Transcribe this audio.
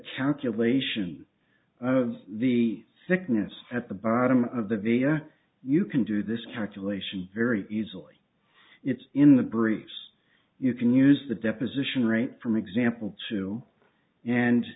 calculation of the thickness at the bottom of the data you can do this calculation very easily it's in the breaks you can use the deposition rate from example to and